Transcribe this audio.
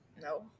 No